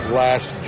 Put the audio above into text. last